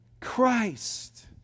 Christ